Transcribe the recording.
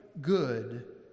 good